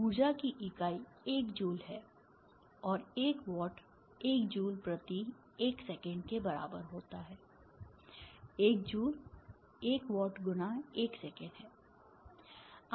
ऊर्जा की इकाई एक जूल है और 1 वाट 1 जूल प्रति 1 सेकंड के बराबर होता है 1 जूल 1 वाट × 1 सेकंड है